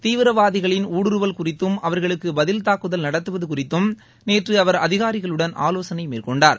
தீவிரவாதிகளின் ஊடுறுவல் குறித்தும் அவர்களுக்கு பதில் தாக்குதல் நடத்துவது குறித்தும் நேற்று அவர் அதிகாரிகளுடன் ஆலோசனை மேற்கொண்டார்